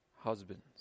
husbands